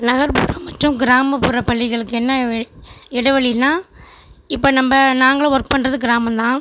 நகர்ப்புற மற்றும் கிராமப்புற பள்ளிகளுக்கு என்ன இடைவெளினா இப்போ நம்ப நாங்களும் ஒர்க் பண்ணுறது கிராமந்தான்